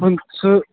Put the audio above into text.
پٍنٛژٕ